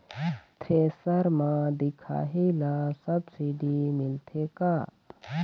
Thresher म दिखाही ला सब्सिडी मिलथे का?